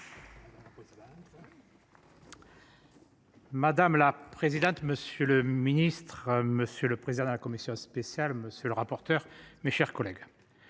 Madame la présidente, monsieur le ministre, monsieur le président de la commission spéciale. Monsieur le rapporteur. Mes chers collègues.